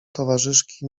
towarzyszki